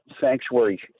sanctuary